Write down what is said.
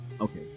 okay